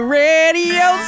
radio